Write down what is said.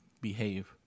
behave